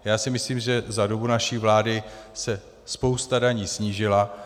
Já si myslím, že za dobu naší vlády se spousta daní snížila.